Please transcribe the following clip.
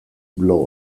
blog